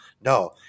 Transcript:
No